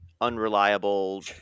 unreliable